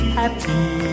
happy